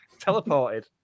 teleported